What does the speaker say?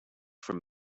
from